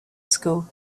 school